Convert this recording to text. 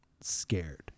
scared